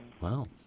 Wow